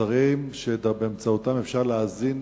מוצרים שבאמצעותם אפשר להאזין